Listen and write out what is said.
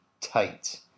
tight